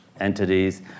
entities